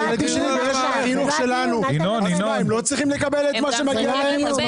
רשת החינוך שלנו לא צריכה לקבל את מה שמגיע להם?